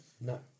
No